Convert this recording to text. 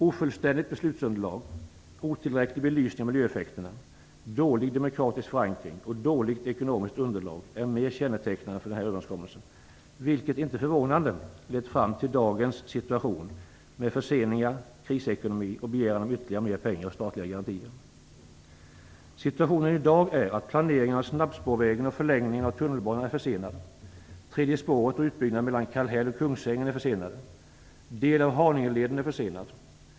Ofullständigt beslutsunderlag, otillräcklig belysning av miljöeffekterna, dålig demokratisk förankring och dåligt ekonomiskt underlag är mera kännetecknande för den här överenskommelsen, vilket - inte förvånande - har lett fram till dagens situation med förseningar, krisekonomi och begäran om ytterligare pengar och statliga garantier. Situationen i dag är att planeringen av snabbspårvägen och förlängningen av tunnelbanan är försenade. Kungsängen är försenade. En del av Haningeleden är försenad.